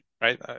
right